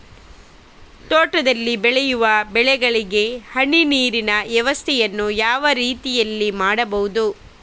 ತೋಟದಲ್ಲಿ ಬೆಳೆಯುವ ಬೆಳೆಗಳಿಗೆ ಹನಿ ನೀರಿನ ವ್ಯವಸ್ಥೆಯನ್ನು ಯಾವ ರೀತಿಯಲ್ಲಿ ಮಾಡ್ಬಹುದು?